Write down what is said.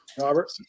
Robert